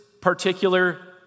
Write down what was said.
particular